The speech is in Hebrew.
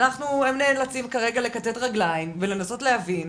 הם נאלצים כרגע לכתת רגליים ולנסות להבין,